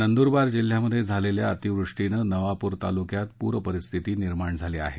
नंदुरबार जिल्ह्यात झालेल्या अतिवृष्टीनं नवापूर तालुक्यात पूरपरिस्थिती निर्माण झाली आहे